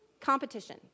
competition